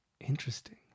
Interesting